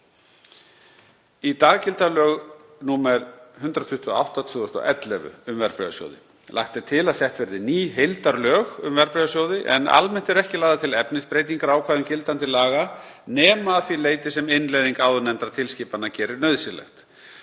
Í dag gilda lög nr. 128/2011 um verðbréfasjóði. Lagt er til að sett verði ný heildarlög um verðbréfasjóði, en almennt eru ekki lagðar til efnisbreytingar á ákvæðum gildandi laga nema að því leyti sem innleiðing áðurnefndra tilskipana gerir nauðsynlegt.